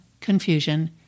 confusion